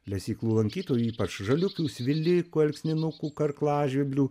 lesyklų lankytojų ypač žaliukių svilikų alksninukų karklažvirblių